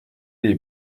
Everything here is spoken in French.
les